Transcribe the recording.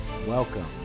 Welcome